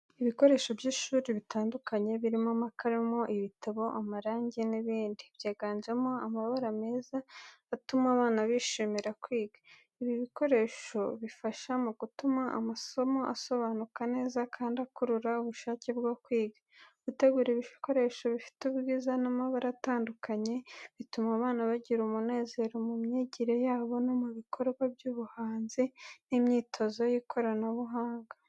Ibikoresho by’ishuri bitandukanye, birimo amakaramu, ibitabo, amarangi n’ibindi, byiganjemo amabara meza atuma abana bishimira kwiga. Ibi bikoresho bifasha mu gutuma amasomo asobanuka neza, kandi akurura ubushake bwo kwiga. Gutegura ibikoresho bifite ubwiza n’amabara atandukanye bituma abana bagira umunezero mu myigire yabo no mu bikorwa by’ubuhanzi n’imyitozo y’ikoranabuhanga.